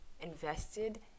invested